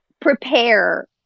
prepare